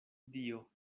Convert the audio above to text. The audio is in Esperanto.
dio